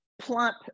plump